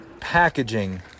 packaging